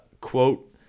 quote